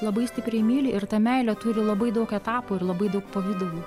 labai stipriai myli ir ta meilė turi labai daug etapų ir labai daug pavidalų